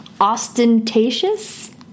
ostentatious